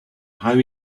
how